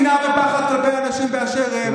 שנאה ופחד כלפי אנשים באשר הם.